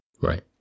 Right